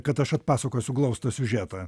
kad aš atpasakosiu glaustą siužetą